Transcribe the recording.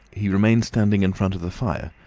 he remained standing in front of the fire,